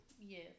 Yes